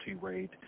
rate